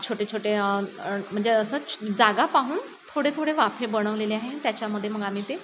छोटे छोटे म्हणजे असं जागा पाहून थोडे थोडे वाफे बनवलेले आहे त्याच्यामध्ये मग आम्ही ते